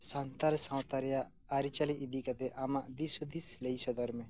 ᱥᱟᱱᱛᱟᱲ ᱥᱟᱶᱛᱟ ᱨᱮᱭᱟᱜ ᱟᱨᱤᱪᱟᱞᱤ ᱤᱫᱤ ᱠᱟᱛᱮ ᱟᱢᱟᱜ ᱫᱤᱥ ᱦᱩᱫᱤᱥ ᱞᱟᱹᱭ ᱥᱚᱫᱚᱨ ᱢᱮ